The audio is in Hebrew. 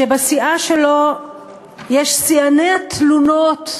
שבסיעה שלו יש שיאני התלונות,